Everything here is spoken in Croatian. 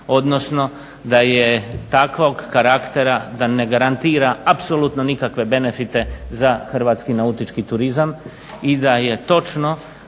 odnosno da je takvog karaktera da ne garantira apsolutno nikakve benefite za hrvatski nautički turizam i da je točno